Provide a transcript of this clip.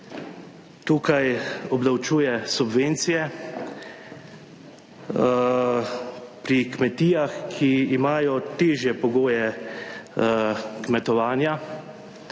Tukaj obdavčuje subvencije pri kmetijah, ki imajo težje pogoje kmetovanja.